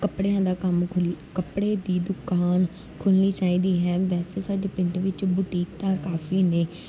ਕੱਪੜਿਆਂ ਦਾ ਕੰਮ ਖੁੱਲ੍ਹ ਕੱਪੜੇ ਦੀ ਦੁਕਾਨ ਖੋਲ੍ਹਣੀ ਚਾਹੀਦੀ ਹੈ ਵੈਸੇ ਸਾਡੇ ਪਿੰਡ ਵਿੱਚ ਬੁਟੀਕ ਤਾਂ ਕਾਫੀ ਨੇ